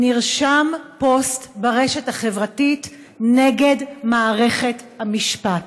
נרשם פוסט ברשת החברתית נגד מערכת המשפט.